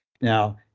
Now